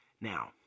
Now